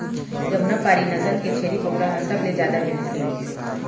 जमुना पारी नसल के छेरी बोकरा ह सबले जादा मिलथे